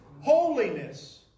holiness